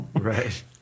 right